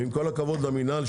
ועם כל הכבוד למינהל,